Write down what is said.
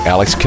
Alex